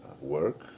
work